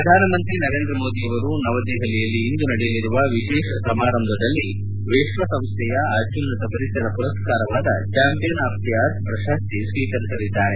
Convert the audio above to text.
ಪ್ರಧಾನಮಂತ್ರಿ ನರೇಂದ್ರ ಮೋದಿ ಅವರು ನವದೆಹಲಿಯಲ್ಲಿ ಇಂದು ನಡೆಯಲಿರುವ ವಿಶೇಷ ಸಮಾರಂಭದಲ್ಲಿ ವಿಶ್ವಸಂಸ್ಲೆಯ ಅತ್ತುನ್ನತ ಪರಿಸರ ಮರಸ್ಥಾರವಾದ ಚಾಂಪಿಯನ್ ಆಫ್ ದಿ ಆರ್ಥ್ ಪ್ರಶಸ್ತಿ ಸೀಕರಿಸಲಿದ್ದಾರೆ